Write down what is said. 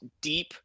deep